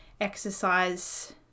exercise